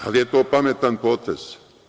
Da li je to pametan potez.